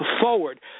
forward